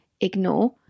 ignore